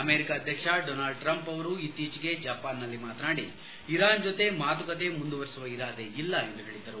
America ಅಧ್ಯಕ್ಷ Donald Trump ಅವರು ಇತ್ತೀಚೆಗೆ ಜಪಾನ್ನಲ್ಲಿ ಮಾತನಾಡಿ ಇರಾನ್ ಜತೆ ಮಾತುಕತೆ ಮುಂದುವರಿಸುವ ಇರಾದೆ ಇಲ್ಲ ಎಂದು ಹೇಳಿದ್ದರು